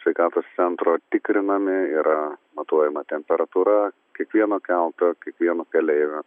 sveikatos centro tikrinami yra matuojama temperatūra kiekvieno kelto kiekvieno keleivio